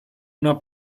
una